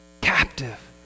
captive